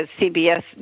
CBS